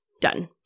done